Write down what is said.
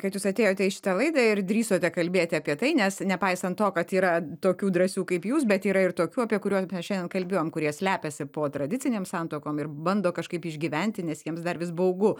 kad jūs atėjote į šitą laidą ir drįsote kalbėti apie tai nes nepaisant to kad yra tokių drąsių kaip jūs bet yra ir tokių apie kuriuos mes šiandien kalbėjom kurie slepiasi po tradicinėm santuokom ir bando kažkaip išgyventi nes jiems dar vis baugu